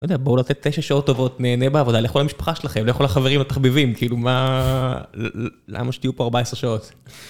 לא יודע, בואו לתת תשע שעות טובות, נהנה בעבודה, לכו למשפחה שלכם, לכו לחברים, לתחביבים... כאילו מה, למה שתהיו פה ארבע עשרה שעות?